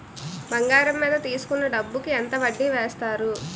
బంగారం మీద తీసుకున్న డబ్బు కి ఎంత వడ్డీ వేస్తారు?